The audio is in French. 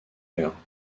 heure